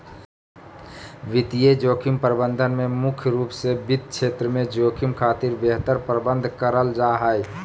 वित्तीय जोखिम प्रबंधन में मुख्य रूप से वित्त क्षेत्र में जोखिम खातिर बेहतर प्रबंध करल जा हय